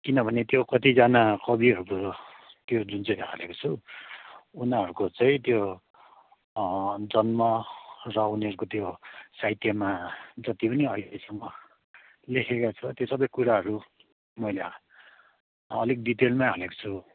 किनभने त्यो कतिजना कविहरूको त्यो जुन चाहिँ हालेको छु उनीहरूको चाहिँ त्यो जन्म र उनीहरूको त्यो साहित्यमा जति पनि अहिलेसम्म लेखेका छ त्यो सब कुराहरू मैले अलिक डिटेलमा हालेको छु